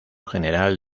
general